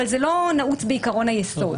אבל זה לא נעוץ בעיקרון היסוד.